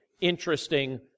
interesting